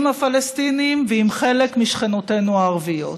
הפלסטינים ועם חלק משכנותינו הערביות.